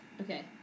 Okay